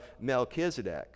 Melchizedek